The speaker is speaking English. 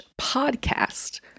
podcast